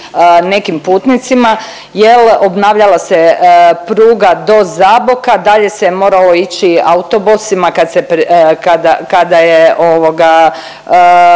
nekim putnicima jel obnavljala se pruga do Zaboka, dalje se moralo ići autobusima kad se, kada,